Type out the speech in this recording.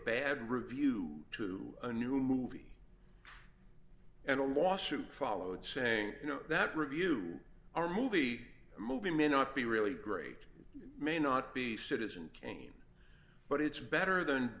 bad review to a new movie and a lawsuit followed saying you know that review our movie a movie may not be really great may not be citizen kane but it's better than